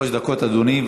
שלוש דקות, אדוני.